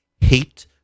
hate